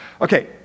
Okay